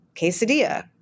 quesadilla